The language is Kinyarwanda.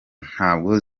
ntabwo